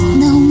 no